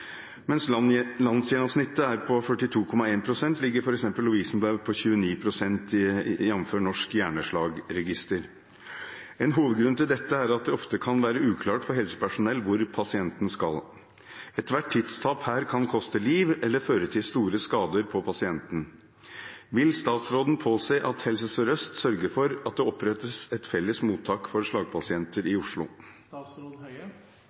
Mens landsgjennomsnittet er på 42,1 pst., ligger f.eks. Lovisenberg på 29 pst., jf. Norsk hjerneslagregister. En hovedgrunn til dette er at det ofte kan være uklart for helsepersonell hvor pasienten skal. Ethvert tidstap her kan koste liv eller føre til store skader på pasienten. Vil statsråden påse at Helse Sør-Øst sørger for at det opprettes et felles mottak for slagpasienter i